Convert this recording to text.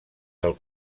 del